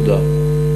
תודה.